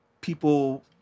people